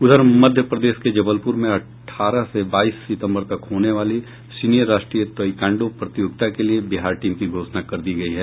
उधर मध्य प्रदेश के जबलपुर में अठारह से बाईस सितंबर तक होने वाली सीनियर राष्ट्रीय ताइक्वांडो प्रतियोगिता के लिए बिहार टीम की घोषणा कर दी गई है